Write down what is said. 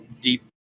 deep